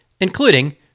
including